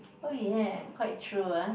oh ya quite true ah